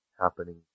happening